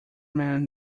men